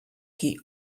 qui